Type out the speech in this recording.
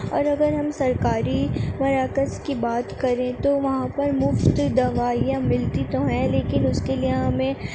اور اگر ہم سرکاری مراکز کی بات کریں تو وہاں پر مفت دوائیاں ملتی تو ہیں لیکن اس کے لیے ہمیں